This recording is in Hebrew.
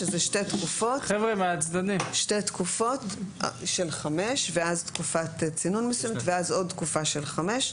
שזה שתי תקופות של חמש ואז תקופת צינון מסוימת ואז עוד תקופה של חמש.